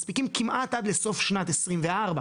מספיקים כמעט עד לסוף שנת 24,